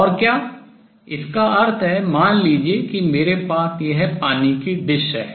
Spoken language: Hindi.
और क्या इसका अर्थ है मान लीजिए कि मेरे पास यह पानी की डिश है